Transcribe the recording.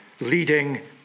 leading